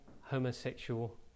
homosexual